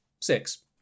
six